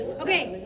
Okay